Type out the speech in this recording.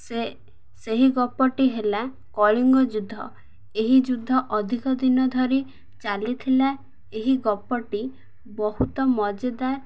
ସେ ସେହି ଗପଟି ହେଲା କଳିଙ୍ଗ ଯୁଦ୍ଧ ଏହି ଯୁଦ୍ଧ ଅଧିକ ଦିନ ଧରି ଚାଲିଥିଲା ଏହି ଗପଟି ବହୁତ ମଜାଦାର୍